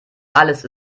alles